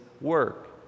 work